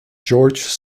george